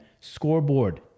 scoreboard